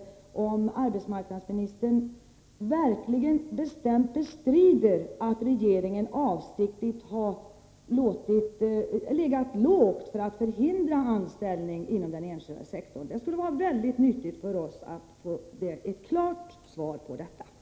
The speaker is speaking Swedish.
Bestrider arbetsmarknadsministern bestämt att regeringen avsiktligt har legat lågt för att förhindra anställning inom den enskilda sektorn? Det skulle vara mycket nyttigt att få ett klart svar på den frågan.